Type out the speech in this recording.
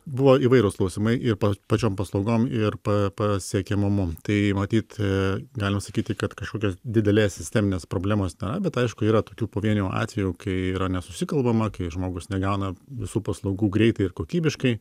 buvo įvairūs klausimai ir pa pačiom paslaugom ir pa pasiekiamumu tai matyt galima sakyti kad kažkokios didelės sisteminės problemos nėra bet aišku yra tokių pavienių atvejų kai yra nesusikalbama kai žmogus negauna visų paslaugų greitai ir kokybiškai